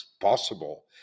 possible